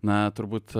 na turbūt